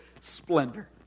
splendor